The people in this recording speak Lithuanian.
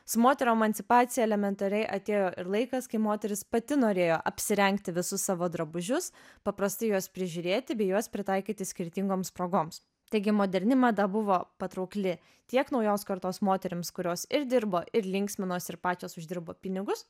su moterų emancipacija elementariai atėjo ir laikas kai moteris pati norėjo apsirengti visus savo drabužius paprastai juos prižiūrėti bei juos pritaikyti skirtingoms progoms taigi moderni mada buvo patraukli tiek naujos kartos moterims kurios ir dirbo ir linksminosi ir pačios uždirbo pinigus